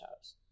house